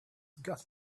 got